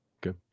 good